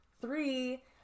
three